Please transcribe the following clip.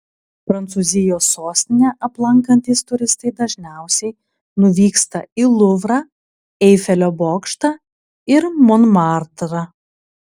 prancūzijos sostinę aplankantys turistai dažniausiai nuvyksta į luvrą eifelio bokštą ir monmartrą